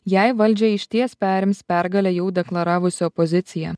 jei valdžią išties perims pergalę jau deklaravusi opozicija